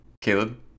Caleb